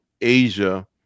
Asia